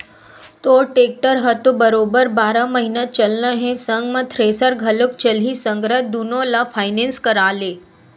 तोर टेक्टर ह तो बरोबर बारह महिना चलना हे संग म थेरेसर घलोक चलही संघरा दुनो ल फायनेंस करा ले